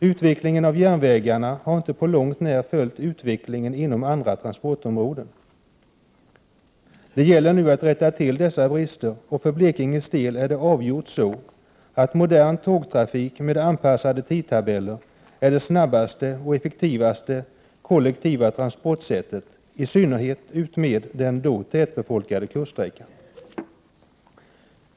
Utvecklingen av järnvägarna har inte på långt när följt utvecklingen inom andra transportområden. Det gäller nu att rätta till dessa brister. För Blekinges del är det avgjort så att modern tågtrafik med anpassade tidtabeller är det snabbaste och effektivaste kollektiva transportsättet, i synnerhet utmed den tätbefolkade kuststräckan.